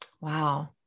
Wow